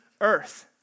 earth